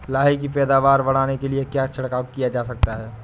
लाही की पैदावार बढ़ाने के लिए क्या छिड़काव किया जा सकता है?